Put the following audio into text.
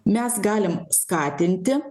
mes galim skatinti